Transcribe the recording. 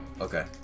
Okay